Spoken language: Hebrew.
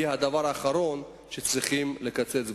תהיה הדבר האחרון שצריכים לקצץ בו.